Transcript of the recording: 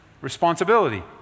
responsibility